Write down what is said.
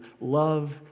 love